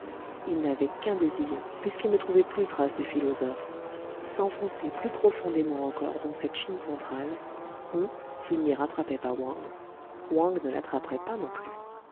il n'avait qu'un désir puisqu'il ne trouvait plus trace du philosophe s'enfoncer plus profondément encore dans cette chine centrale où s'il n'y rattrapait pas wang wang ne l'attraperait pas non plus